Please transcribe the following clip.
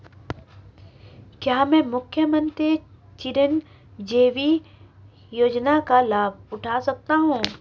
क्या मैं मुख्यमंत्री चिरंजीवी योजना का लाभ उठा सकता हूं?